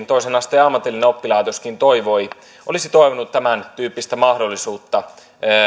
toisen asteen ammatillinen oppilaitoskin olisi toivonut tämäntyyppistä mahdollisuutta